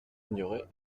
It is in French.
ignorer